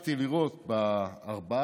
שהספקתי לראות בארבעה,